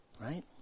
right